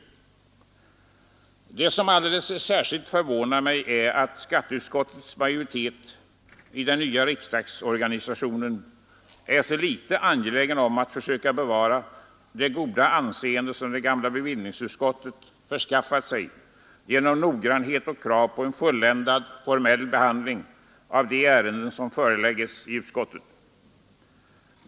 Det som alldeles särskilt förvånar mig är att skatteutskottets majoritet i den nya riksdagsorganisationen är så litet angelägen om att försöka bevara det goda anseende som det gamla bevillningsutskottet förskaffat sig genom noggrannhet och krav på en fulländad formell behandling av de ärenden som förelagts utskottet.